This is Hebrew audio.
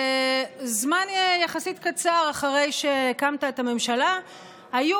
בזמן יחסית קצר אחרי שהקמת את הממשלה היו